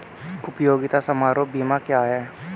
उपयोगिता समारोह बीमा क्या है?